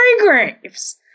Graves